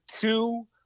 two